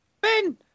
Ben